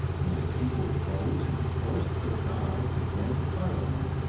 when the people rose and forced the czar to grant a parliament,